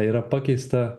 yra pakeista